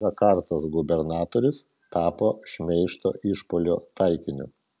džakartos gubernatorius tapo šmeižto išpuolių taikiniu